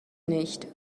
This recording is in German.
nicht